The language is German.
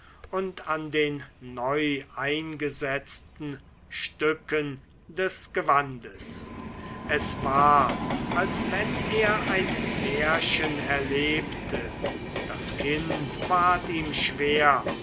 und an den neueingesetzten stücken des gewandes es war als wenn er ein märchen erlebte das kind ward ihm schwer